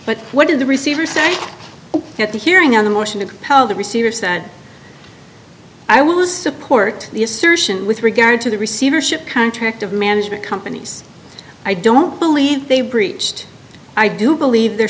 but what did the receiver say at the hearing on the motion to compel the receivers that i was support the assertion with regard to the receivership contract of management companies i don't believe they were breached i do believe their